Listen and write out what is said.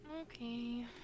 Okay